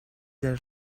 del